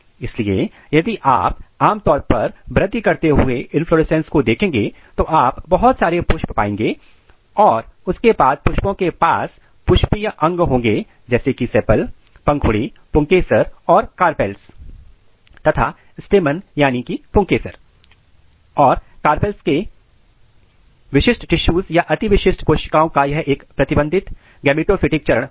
इसलिए यदि आप आमतौर पर वृद्धि करते हुए इनफ्लोरेसेंस को देखेंगे तो आप बहुत सारे पुष्प पाएंगे और उसके बाद पुष्पों के पास पुष्पीय अंग होंगे जैसे कि सेपल पंखुड़ी पुंकेसर और कार्पेल्स तथा stamen पुंकेसर और कार्पेल्स के विशिष्ट टिशूज या अति विशिष्ट कोशिकाओं का यह एक प्रतिबंधित गेमेटोफिटिक चरण होगा